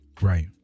Right